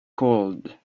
cold